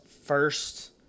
first